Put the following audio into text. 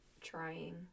trying